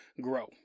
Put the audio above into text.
grow